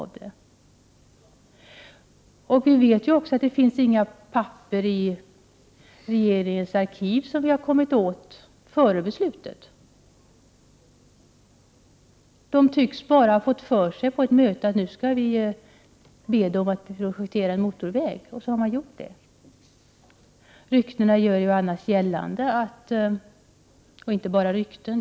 Vi har inte fått del av några handlingar ur regeringens arkiv före beslutet. Regeringen tycks på ett möte ha fått för sig att man skall be vägverket att projektera en motorväg, och så har vägverket gjort det.